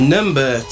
Number